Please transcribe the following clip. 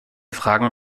fragen